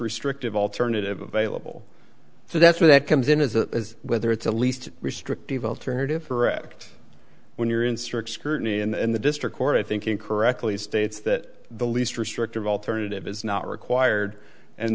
restrictive alternative available so that's where that comes in as a whether it's the least restrictive alternative for act when you're in strict scrutiny and the district court i think incorrectly states that the least restrictive alternative is not required and